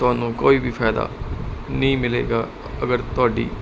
ਤੁਹਾਨੂੰ ਕੋਈ ਵੀ ਫਾਇਦਾ ਨਹੀਂ ਮਿਲੇਗਾ ਅਗਰ ਤੁਹਾਡੀ